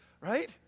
Right